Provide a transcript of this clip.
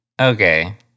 Okay